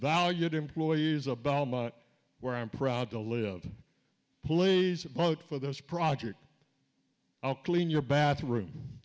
valued employees about where i'm proud to live please vote for this project i'll clean your bathroom